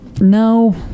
No